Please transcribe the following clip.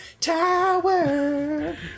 tower